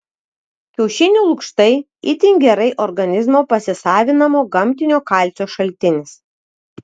kiaušinių lukštai itin gerai organizmo pasisavinamo gamtinio kalcio šaltinis